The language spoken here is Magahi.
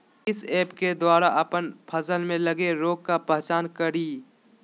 किस ऐप्स के द्वारा अप्पन फसल में लगे रोग का पहचान करिय?